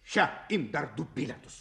še imk dar du bilietus